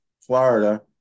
Florida